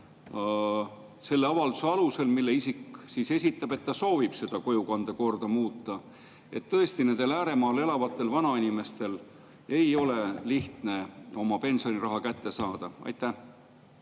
selle avalduse alusel, mille esitab isik, kes soovib seda kojukande korda muuta. Tõesti, nendel ääremaal elavatel vanainimestel ei ole lihtne oma pensioniraha kätte saada. Aitäh